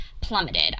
plummeted